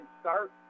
start